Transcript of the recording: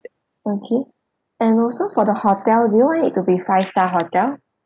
okay and also for the hotel do you want it be five star hotel